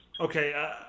Okay